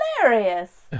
hilarious